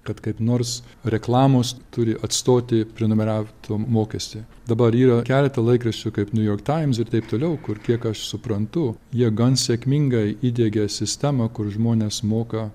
kad kaip nors reklamos turi atstoti prenumera tų mokestį dabar yra keleta laikraščių kaip niujork taims ir taip toliau kur kiek aš suprantu jie gan sėkmingai įdiegė sistemą kur žmonės moka